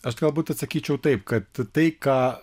aš galbūt atsakyčiau taip kad tai ką